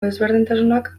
desberdintasunak